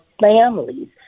families